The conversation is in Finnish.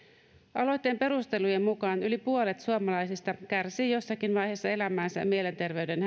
aloitteen perustelujen mukaan yli puolet suomalaisista kärsii jossakin vaiheessa elämäänsä mielenterveyden